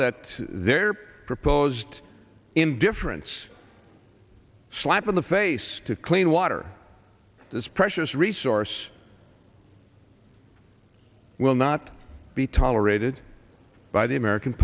that their proposed indifference slap in the face to clean water this precious resource will not be tolerated by the american